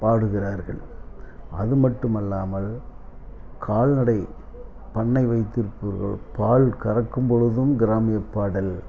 பாடுகிறார்கள் அதுமட்டும்மல்லாமல் கால்நடை பண்ணை வைத்திருப்பவர்கள் பால் கறக்கும் பொழுதும் கிராமிய பாடல்